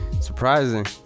surprising